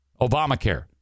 Obamacare